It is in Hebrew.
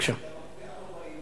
אתה מפריע לו באימון.